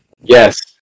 Yes